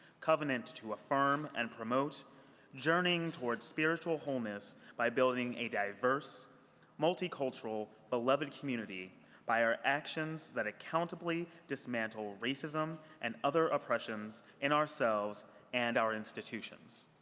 covenant to affirm and promote journeying toward spiritual wholeness by building a diverse multicultural beloved community by our actions that accountably dismantle racism and other oppressions in ourselves and our institutions.